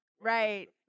Right